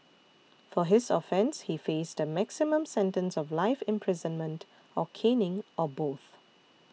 for his offence he faced a maximum sentence of life imprisonment or caning or both